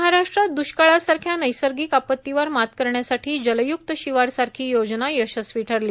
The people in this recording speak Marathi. महाराष्ट्रात द्वष्काळासारख्या नैसर्गिक आपत्तीवर मात करण्यासाठी जलय्क्त शिवार सारखी योजना यशस्वी ठरली